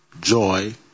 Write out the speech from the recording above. joy